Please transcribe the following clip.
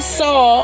saw